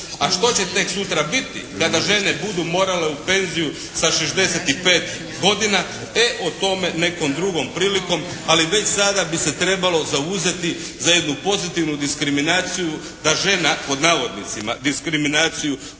A što će tek sutra biti kada žene budu morale u penziju sa 65 godina. E o tome nekom drugom prilikom, ali već sada bi se trebalo zauzeti za jednu pozitivnu diskriminaciju da žena pod navodnicima diskriminaciju